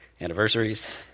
anniversaries